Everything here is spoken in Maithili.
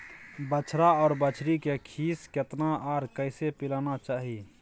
बछरा आर बछरी के खीस केतना आर कैसे पिलाना चाही?